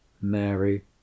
Mary